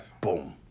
Boom